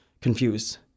confused